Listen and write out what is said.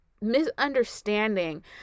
misunderstanding